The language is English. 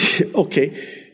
okay